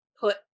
put